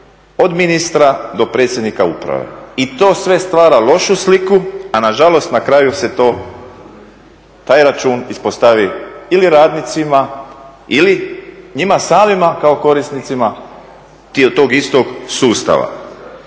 od ministra do predsjednika uprave. I to sve stvara lošu sliku, a nažalost na kraju se taj račun ispostavi ili radnicima ili njima samima kao korisnicima tog istog sustava.